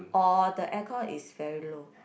or the aircon is very low